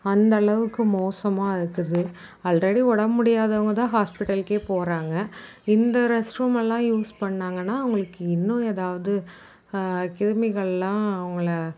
அந்தளவுக்கு மோசமாக இருக்குது ஆல்ரெடி ஒடம்பு முடியாதவங்கதான் ஹாஸ்பிடல்க்கே போகிறாங்க இந்த ரெஸ்ட்ரூமெல்லாம் யூஸ் பண்ணிணாங்கனா அவங்களுக்கு இன்னும் ஏதாவுது கிருமிகளாம் அவங்கள